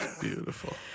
Beautiful